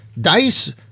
Dice